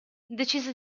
decise